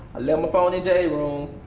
left my phone in j room,